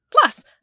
Plus